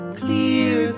clear